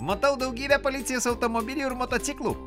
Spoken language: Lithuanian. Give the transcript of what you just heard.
matau daugybę policijos automobilių ir motociklų